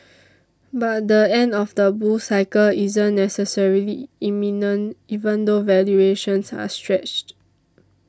but the end of the bull cycle isn't necessarily imminent even though valuations are stretched